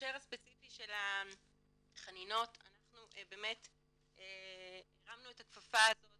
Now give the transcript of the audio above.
בהקשר הספציפי של החנינות אנחנו באמת הרמנו את הכפפה הזאת